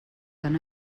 tan